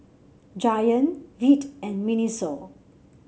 Giant Veet and Miniso